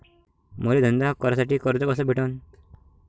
मले धंदा करासाठी कर्ज कस भेटन?